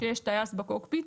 כשיש טייס בקוקפיט,